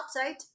outside